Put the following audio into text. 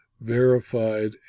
verified